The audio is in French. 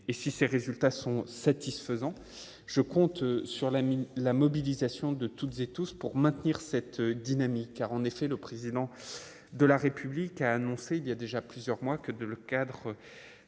et si ces résultats sont satisfaisants, je compte sur la mine, la mobilisation de toutes et tous pour maintenir cette dynamique, car en effet, le président de la République a annoncé il y a déjà plusieurs mois que de le cadre